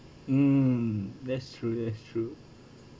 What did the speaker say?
mm that's true that's true